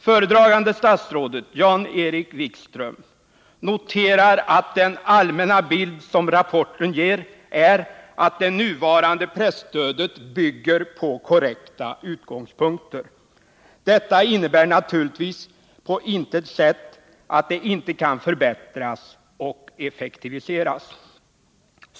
Föredragande statsrådet — Jan-Erik Wikström — noterar att den allmänna bild som rapporten ger är att det nuvarande presstödet bygger på korrekta utgångspunkter. Detta innebär naturligtvis på intet sätt att det inte kan förbättras och effektiviseras.